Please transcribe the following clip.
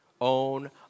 Own